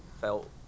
felt